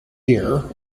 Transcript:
year